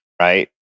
right